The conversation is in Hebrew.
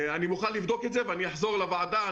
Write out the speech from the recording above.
אני מוכן לבדוק את זה ואני אחזור לוועדה.